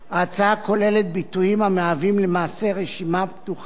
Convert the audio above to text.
ההצעה כוללת ביטויים שהם למעשה רשימה פתוחה